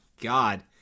God